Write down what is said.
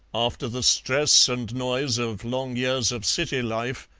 after the stress and noise of long years of city life,